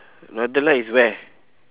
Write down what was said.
northern light is where